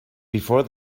before